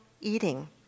eating